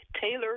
Taylor